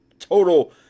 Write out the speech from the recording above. total